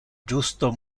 justo